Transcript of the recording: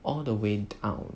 all the way 到